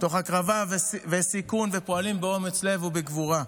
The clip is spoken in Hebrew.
תוך הקרבה וסיכון ופועלים באומץ לב הוא בגבורה.